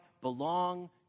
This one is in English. belong